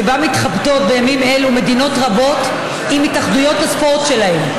שבה מתחבטות בימים אלו מדינות רבות עם התאחדויות הספורט שלהן.